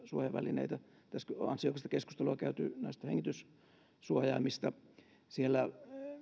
suojavälineitä tässä on ansiokasta keskustelua käyty hengityssuojaimista siinä